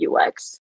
UX